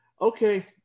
okay